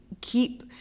keep